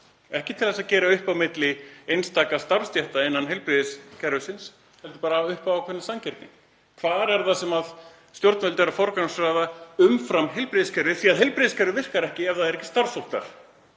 ekki til að gera upp á milli einstakra starfsstétta innan heilbrigðiskerfisins heldur upp á ákveðna sanngirni. Hvar er það sem stjórnvöld eru að forgangsraða umfram heilbrigðiskerfið, því að heilbrigðiskerfið virkar ekki ef það er ekki starfsfólk